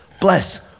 bless